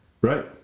Right